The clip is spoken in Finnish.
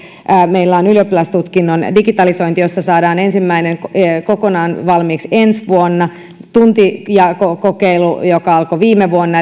meillä on ylioppilastutkinnon digitalisointi jossa saadaan ensimmäinen kokonaan valmiiksi ensi vuonna tuntijakokokeilu joka alkoi viime vuonna